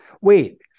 Wait